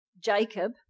Jacob